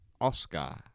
Oscar